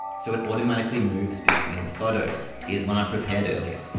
so it automatically moves between the photos, is when i prepared earlier.